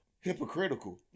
hypocritical